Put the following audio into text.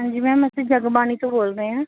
ਹਾਂਜੀ ਮੈਮ ਅਸੀਂ ਜਗਬਾਣੀ ਤੋਂ ਬੋਲ ਰਹੇ ਹਾਂ